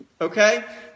Okay